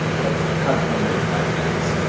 like having come here with my kids,